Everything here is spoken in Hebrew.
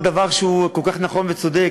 הוא אמר דבר שהוא כל כך נכון וצודק: